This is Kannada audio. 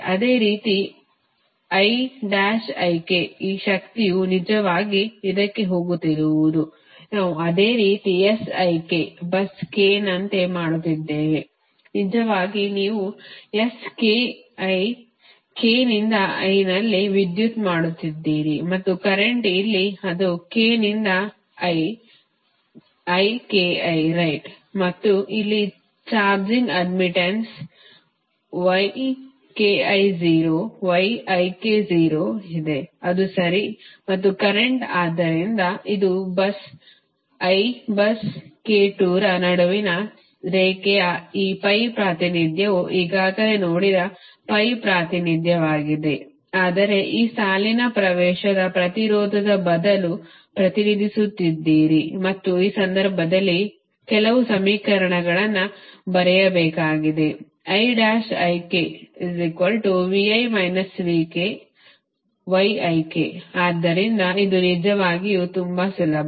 ಅದೇ ರೀತಿ ಈ ಶಕ್ತಿಯು ನಿಜವಾಗಿ ಇದಕ್ಕೆ ಹೋಗುತ್ತಿರುವುದು ನಾವು ಅದೇ ರೀತಿ bus k ನಂತೆ ಮಾಡುತ್ತಿದ್ದೇವೆ ನಿಜವಾಗಿ ನೀವು k ನಿಂದ i ನಲ್ಲಿ ವಿದ್ಯುತ್ ಮಾಡುತ್ತಿದ್ದೀರಿ ಮತ್ತು ಕರೆಂಟ್ ಇಲ್ಲಿ ಅದು k ನಿಂದ I ರೈಟ್ ಮತ್ತು ಇಲ್ಲಿ ಚಾರ್ಜಿಂಗ್ ಅಡ್ಮಿಟನ್ಸ್ ಇದೆ ಅದು ಸರಿ ಮತ್ತು ಕರೆಂಟ್ ಆದ್ದರಿಂದ ಮತ್ತು ಇದು ಬಸ್ i ಬಸ್ k 2 ರ ನಡುವಿನ ರೇಖೆಯ ಈ ಪೈ ಪ್ರಾತಿನಿಧ್ಯವು ಈಗಾಗಲೇ ನೋಡಿದ pi ಪ್ರಾತಿನಿಧ್ಯವಾಗಿದೆ ಆದರೆ ಈ ಸಾಲಿನ ಪ್ರವೇಶದ ಪ್ರತಿರೋಧದ ಬದಲು ಪ್ರತಿನಿಧಿಸುತ್ತಿದ್ದೀರಿ ಮತ್ತು ಈ ಸಂದರ್ಭದಲ್ಲಿ ಕೆಲವು ಸಮೀಕರಣಗಳನ್ನು ಬರೆಯಬೇಕಾಗಿದೆ ಆದ್ದರಿಂದ ಇದು ನಿಜವಾಗಿಯೂ ತುಂಬಾ ಸುಲಭ